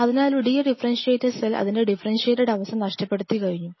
അതിനാൽ ഒരു ഡി ഡിഫറെന്ഷിയേറ്റഡ് സെൽ അതിന്റെ ഡിഫറെന്ഷിയേറ്റഡ് അവസ്ഥ നഷ്ടപ്പെടുത്തി കഴിഞ്ഞു